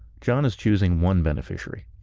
john is choosing one beneficiary.